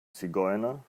zigeuner